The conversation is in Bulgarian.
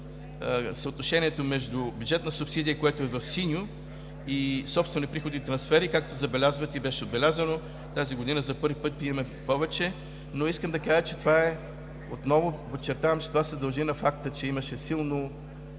съотношението между бюджетна субсидия, което е в синьо, и собствени приходи и трансфери, както забелязвате, и беше отбелязано, тази година за първи път имаме повече. Отново подчертавам обаче, че това се дължи на факта, че имаше силно